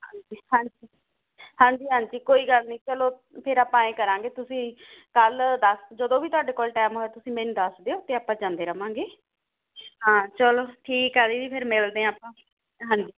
ਹਾਂਜੀ ਹਾਂਜੀ ਹਾਂਜੀ ਹਾਂਜੀ ਕੋਈ ਗੱਲ ਨਹੀਂ ਚਲੋ ਫਿਰ ਆਪਾਂ ਐਂ ਕਰਾਂਗੇ ਤੁਸੀਂ ਕੱਲ੍ਹ ਦੱਸ ਜਦੋਂ ਵੀ ਤੁਹਾਡੇ ਕੋਲ ਟੈਮ ਹੋਇਆ ਤੁਸੀਂ ਮੈਨੂੰ ਦੱਸ ਦਿਓ ਅਤੇ ਆਪਾਂ ਜਾਂਦੇ ਰਵਾਂਗੇ ਹਾਂ ਚਲੋ ਠੀਕ ਆ ਦੀਦੀ ਫਿਰ ਮਿਲਦੇ ਹਾਂ ਆਪਾਂ ਹਾਂਜੀ